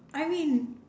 I mean